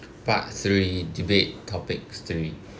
part three debate topic three